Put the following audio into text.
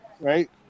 Right